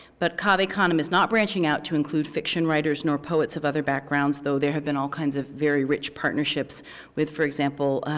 but cave canem is not branching out to include fiction writers nor poets of other backgrounds, though there have been all kinds of very rich partnerships with, for example,